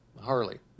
Harley